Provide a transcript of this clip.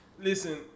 Listen